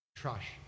Trash